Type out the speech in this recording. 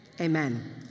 Amen